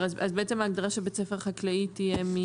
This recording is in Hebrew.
ההגדרה של בית ספר חקלאי תהיה: